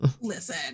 Listen